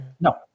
no